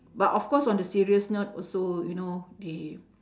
but of course on the serious note also you know they